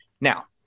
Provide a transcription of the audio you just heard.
Now